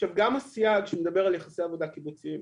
עכשיו, גם הסייג שמדבר על יחסי עבודה קיבוציים: